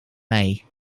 may